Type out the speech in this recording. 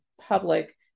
public